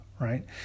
right